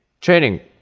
training